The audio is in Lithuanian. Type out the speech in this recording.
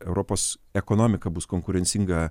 europos ekonomika bus konkurencinga